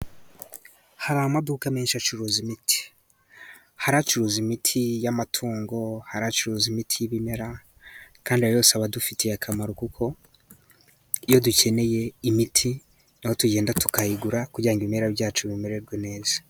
Hari amaduka menshi acuruza imiti. Hari acuruza imiti y'amatungo, hari acuruza imiti y'ibimera, kandi yose aba adufitiye akamaro kuko iyo dukeneye imiti ni ho tugenda tukayigura, kugira ngo ibimera byacu bimererwe neza.